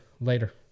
Later